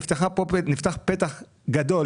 נפתח פה פתח גדול,